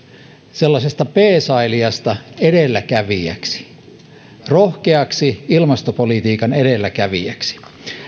sellaisesta peesailijasta edelläkävijäksi rohkeaksi ilmastopolitiikan edelläkävijäksi